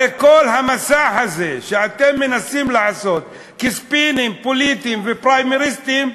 הרי כל המסע הזה שאתם מנסים לעשות כספינים פוליטיים ופריימריסטיים,